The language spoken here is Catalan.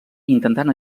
intentant